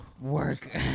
work